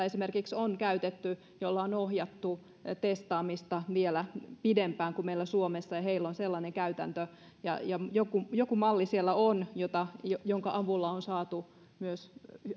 esimerkiksi on käytetty jolla on ohjattu testaamista vielä pidempään kuin meillä suomessa ja heillä on sellainen käytäntö joku joku malli siellä on jonka avulla on saatu myös